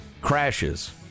crashes